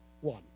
one